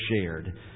shared